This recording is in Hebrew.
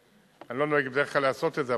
אני לא נוהג בדרך כלל לעשות את זה,